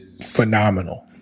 phenomenal